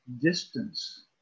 distance